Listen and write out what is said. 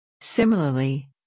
Similarly